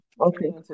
okay